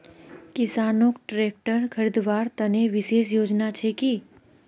किसानोक ट्रेक्टर खरीदवार तने विशेष योजना छे कि?